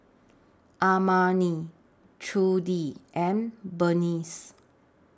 Armani Trudi and Berneice